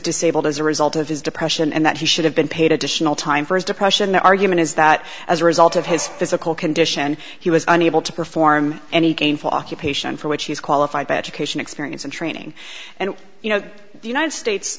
disabled as a result of his depression and that he should have been paid additional time for his depression the argument is that as a result of his physical condition he was unable to perform any gainful occupation for which he is qualified by education experience and training and you know the united states